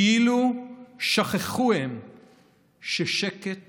כאילו שכחו הם ששקט